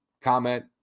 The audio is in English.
comment